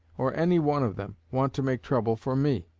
or any one of them, want to make trouble for me?